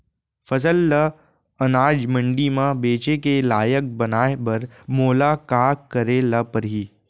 फसल ल अनाज मंडी म बेचे के लायक बनाय बर मोला का करे ल परही?